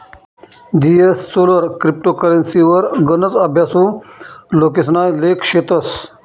जीएसचोलर क्रिप्टो करेंसीवर गनच अभ्यासु लोकेसना लेख शेतस